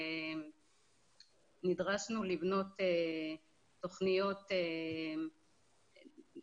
נדרשנו לבנות תוכניות יותר ממוקדות